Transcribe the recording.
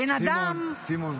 בן אדם -- סימון,